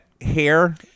hair